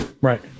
right